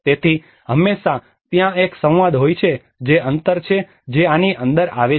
તેથી હંમેશાં ત્યાં એક સંવાદ હોય છે જે અંતર છે જે આની અંદર આવે છે